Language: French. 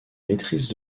maîtrise